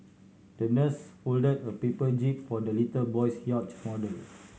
the nurse folded a paper jib for the little boy's yacht model